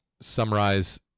summarize